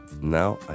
Now